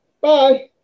Bye